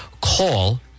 call